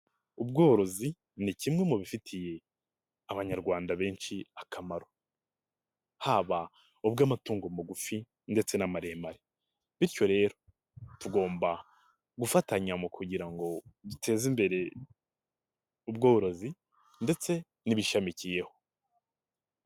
Ubworozi ni kimwe mu bifitiye abanyarwanda benshi akamaro haba ubw'amatungo magufi ndetse n'amaremare, bityo rero tugomba gufatanya mu kugira ngo duteze imbere ubworozi ndetse n'ibishamikiyeho.